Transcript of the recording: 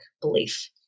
belief